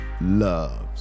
loves